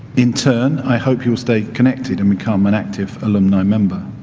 in turn, i hope you'll stay connected and become an active alumni member.